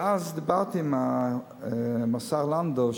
ואז דיברתי עם השר לנדאו,